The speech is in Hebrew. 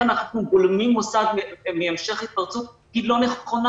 אנחנו בולמים מוסד מהמשך התפרצות היא לא נכונה.